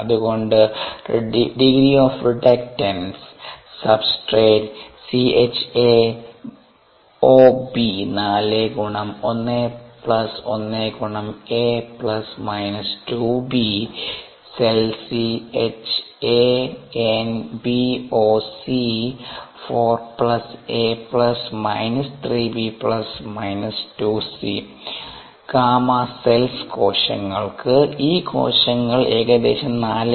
അത്കൊണ്ട് degree of reductance Substrate 4 x 1 x Cells 4 a Γcells കോശങ്ങൾക്ക് ഈ കോശങ്ങൾ ഏകദേശം 4